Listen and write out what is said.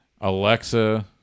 Alexa